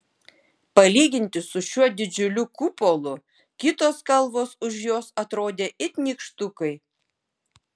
palyginti su šiuo didžiuliu kupolu kitos kalvos už jos atrodė it nykštukai